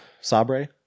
Sabre